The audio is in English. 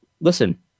listen